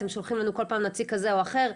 אתם שולחים לנו כל פעם נציג כזה או אחר.